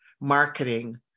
marketing